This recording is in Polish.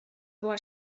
była